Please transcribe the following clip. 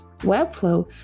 Webflow